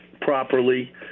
properly